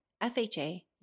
FHA